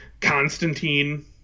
Constantine